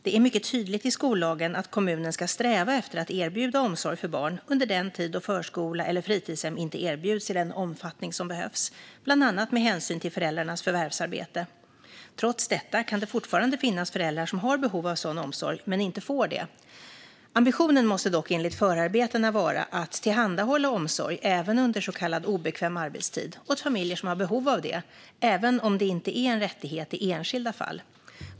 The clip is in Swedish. Det är mycket tydligt i skollagen att kommunen ska sträva efter att erbjuda omsorg för barn under den tid då förskola eller fritidshem inte erbjuds i den omfattning som behövs, bland annat med hänsyn till föräldrarnas förvärvsarbete. Trots detta kan det fortfarande finnas föräldrar som har behov av sådan omsorg men inte får det. Ambitionen måste dock enligt förarbetena vara att tillhandahålla omsorg även under så kallad obekväm arbetstid åt familjer som har behov av detta, även om det inte är en rättighet i enskilda fall.